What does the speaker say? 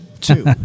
Two